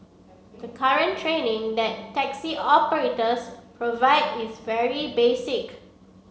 the current training that taxi operators provide is very basic